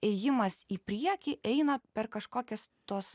ėjimas į priekį eina per kažkokias tuos